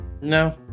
No